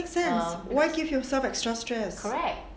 make sense why give yourself extra stress